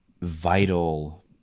vital